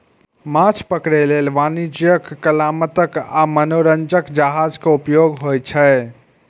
माछ पकड़ै लेल वाणिज्यिक, कलात्मक आ मनोरंजक जहाज के उपयोग होइ छै